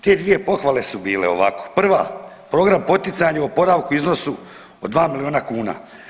Te dvije pohvale su bile ovako: prva program poticanja oporavka u iznosu od 2 milijuna kuna.